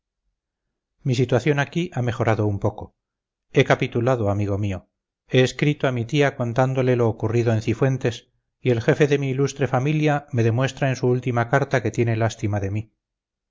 mi situación aquí ha mejorado un poco he capitulado amigo mío he escrito a mi tía contándole lo ocurrido en cifuentes y el jefe de mi ilustre familia me demuestra en su última carta que tiene lástima de mí